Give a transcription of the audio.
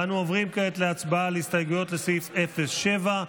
ואנו עוברים כעת להצבעה על הסתייגויות לסעיף 07,